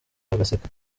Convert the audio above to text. bagaseka